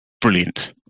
brilliant